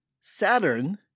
Saturn